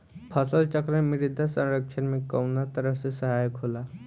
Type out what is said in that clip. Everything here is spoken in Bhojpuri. फसल चक्रण मृदा संरक्षण में कउना तरह से सहायक होला?